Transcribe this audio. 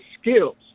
skills